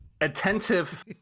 attentive